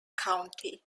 county